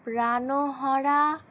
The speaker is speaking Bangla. রানোহরা